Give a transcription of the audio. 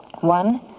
One